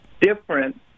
different